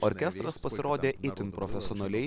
orkestras pasirodė itin profesionaliai